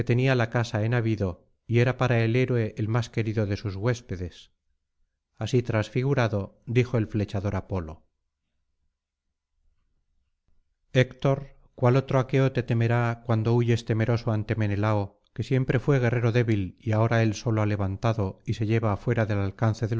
la casa en abido y era para el héroe el más querido de sus huéspedes así transfigurado dijo el flechador apolo héctor cuál otro aqueo te temerá cuando huyes temeroso ante menelao que siempre fué guerrero débil y ahora él solo ha levantado y se lleva fuera del alcance